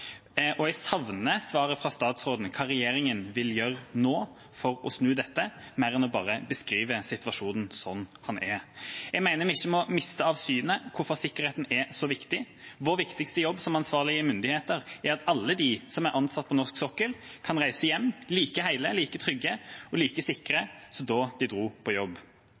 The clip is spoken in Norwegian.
og jeg savner i svaret fra statsråden hva regjeringa vil gjøre nå for å snu dette, mer enn bare å beskrive situasjonen som den er. Jeg mener vi ikke må miste av syne hvorfor sikkerheten er så viktig. Vår viktigste jobb som ansvarlige myndigheter er at alle de som er ansatt på norsk sokkel, kan reise hjem like hele, like trygge og like sikre som da de dro på jobb.